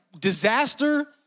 disaster